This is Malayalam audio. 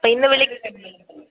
പ് ഇന്ന് വിളി